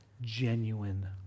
genuine